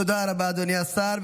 תודה רבה, אדוני השר.